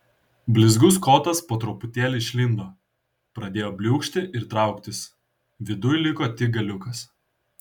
blizgus kotas po truputėlį išlindo pradėjo bliūkšti ir trauktis viduj liko tik galiukas